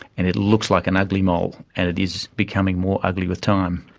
and it looks like an ugly mole, and it is becoming more ugly with time.